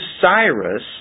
Cyrus